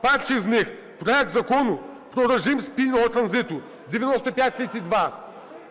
перший з них – проект Закону про режим спільного транзиту (9532).